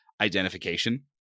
identification